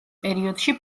პერიოდში